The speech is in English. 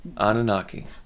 Anunnaki